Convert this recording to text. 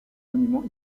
monuments